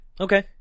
Okay